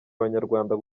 abanyarwanda